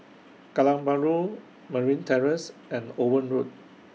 Kallang Bahru Merryn Terrace and Owen Road